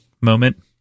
moment